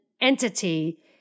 entity